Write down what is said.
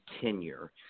tenure